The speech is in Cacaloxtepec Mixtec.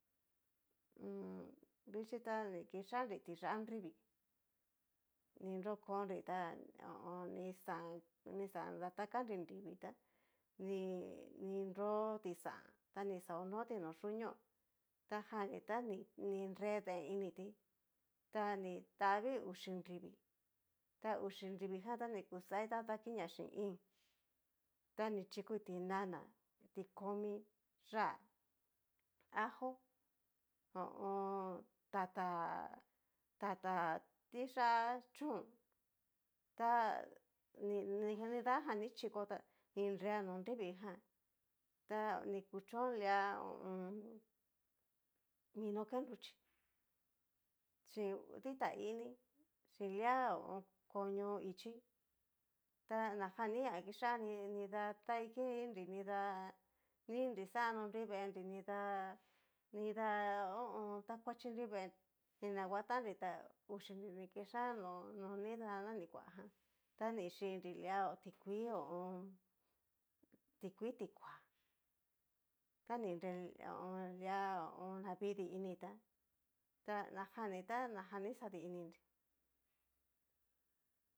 vichí ta ni kixan'nri tiyá nrivii, ni nrokonri tá nixán nixán datakanri nrivii ta ni ni nró tixán ta xa onoti nó yuñó, ta jan ni ta ni nre deen ini tí, ta ni tavii uxi nrivii, ta uxi nrijan ta ni kuxaí dadakiña xín íin, ta ni chikoí tinana ti komi yá'a, ajo ho o on. tata tata tiyá chón ta ni ne nidajan ni chiko tá ni nrea no nrivii jan ta ni kuchón lia ho o on. minó ke nruchí chín dita ini, chín lia ho o n. koñó ichí ta najan ni a kixan ni nida taiki nrí nidá ni nrixano nrui veenri nidá, nida ho o on. ta kuachi nrui veenri ni nanguatan'nri ta uxi nri ni kixán no no nida na ni kuajan ta ni chinri lia tikuii ho o on tikui tikoá, ta nre ho o on. lia ho o o, navidii initá ta najani ta najan ni xadi ininri.